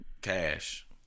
Cash